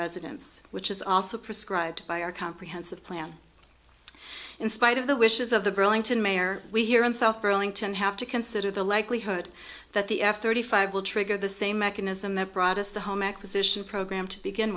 residents which is also prescribed by our comprehensive plan in spite of the wishes of the burlington mayor we here in south burlington have to consider the likelihood that the f thirty five will trigger the same mechanism that brought us the home acquisition program to begin